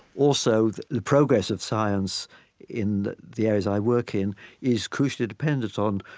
also the progress of science in the areas i work in is crucially dependant on,